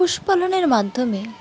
পুশুপালনের মাধ্যমে